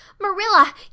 Marilla